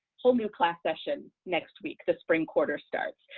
whole new class session next week, the spring quarter starts,